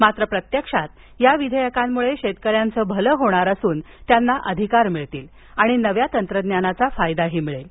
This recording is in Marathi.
मात्र प्रत्यक्षात या विधेयकांमुळे शेतकऱ्यांचे भलम होणार असून त्यांना अधिकार मिळतील आणि नव्या तंत्रज्ञानाचा फायदाही मिळेल